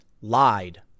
lied